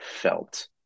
felt